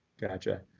Gotcha